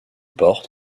porte